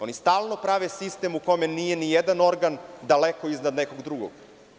Oni stalno prave sistem u kome nije ni jedan organ daleko iznad nekog drugog.